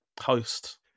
host